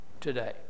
today